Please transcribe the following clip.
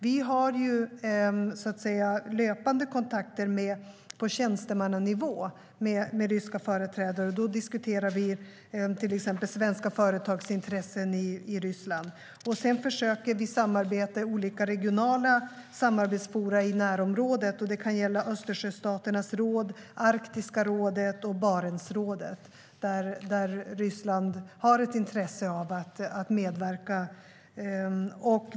Vi har löpande kontakter på tjänstemannanivå med ryska företrädare. Då diskuterar vi till exempel svenska företags intressen i Ryssland. Sedan försöker vi samarbeta i olika regionala forum i närområdet. Det kan gälla Östersjöstaternas råd, Arktiska rådet och Barentsrådet, där Ryssland har ett intresse av att medverka.